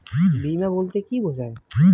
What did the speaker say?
বিমা বলতে কি বোঝায়?